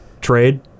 trade